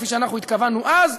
כפי שאנחנו התכוונו אז,